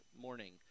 morning